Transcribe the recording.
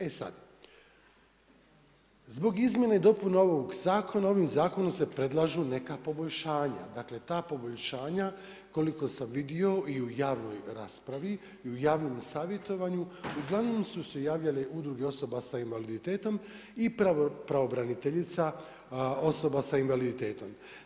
E sad, zbog izmjene dopuna ovog zakona ovim zakonom se predlažu neka poboljšanja, dakle ta poboljšanja koliko sam vidio i u javnoj raspravi i u javnom savjetovanju uglavnom su se javljale udruge osoba s invaliditetom i pravobraniteljica osoba s invaliditetom.